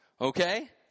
okay